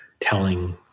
telling